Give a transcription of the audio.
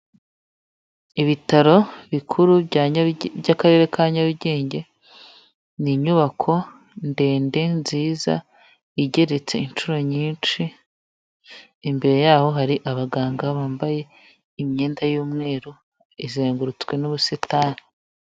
Ibitaro bikuru bya karere Ka Nyarugenge, ni inyubako ndende nziza igeretse inshuro nyinshi, imbere yaho hari abaganga bambaye imyenda y'umweru izengurutswe n'ubusitani.